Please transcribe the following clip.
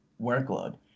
workload